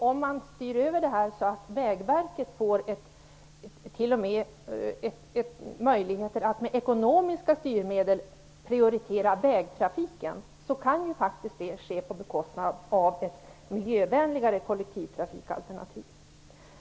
Om man styr över detta så att Vägverket får möjligheter att med ekonomiska styrmedel prioritera vägtrafiken kan det faktiskt ske på bekostnad av ett miljövänligare kollektivtrafikalternativ.